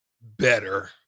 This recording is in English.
better